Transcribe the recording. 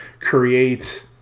create